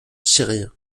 syrien